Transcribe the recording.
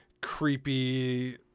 creepy